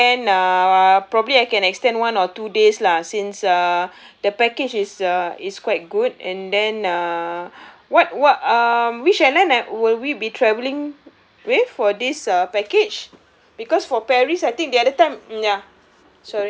and then uh probably I can extend one or two days lah since uh the package is uh it's quite good and then uh what what um which airline that will we be traveling with for this uh package because for paris I think the other time mm ya